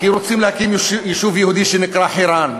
כי רוצים להקים יישוב יהודי שנקרא חירן.